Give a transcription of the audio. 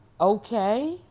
okay